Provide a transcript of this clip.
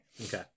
Okay